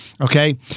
okay